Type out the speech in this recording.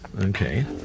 okay